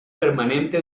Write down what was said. permanente